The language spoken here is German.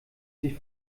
sich